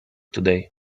today